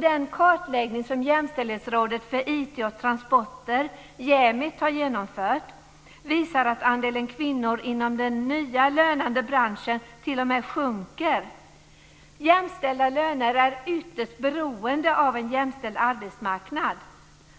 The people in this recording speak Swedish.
Den kartläggning som Jämställdhetsrådet för IT och transporter, Jämit, har genomfört visar att andelen kvinnor inom den nya lönande branschen t.o.m. sjunker. Jämställda löner är ytterst beroende av en jämställd arbetsmarknad.